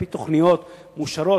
על-פי תוכניות מאושרות,